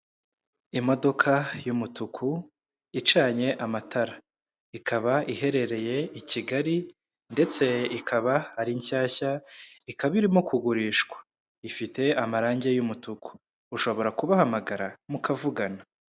Imodoka y'umutuku icanye amatara, ikaba iherereye i Kigali ndetse ikaba ari nshyashya, ikaba irimo kugurishwa, ifite amarangi y'umutuku ushobora kubahamagara mukavugana.